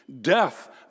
death